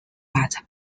but